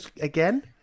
again